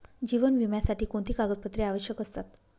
जीवन विम्यासाठी कोणती कागदपत्रे आवश्यक असतात?